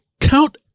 count